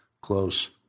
close